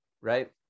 right